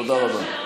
תודה רבה.